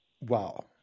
Wow